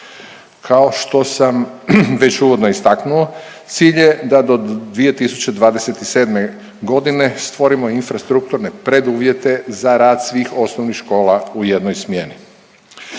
Kao što sam već uvodno istaknuo cilj je da do 2027. godine stvorimo infrastrukturne preduvjete za rad svih osnovnih škola u jednoj smjeni.